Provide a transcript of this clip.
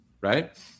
right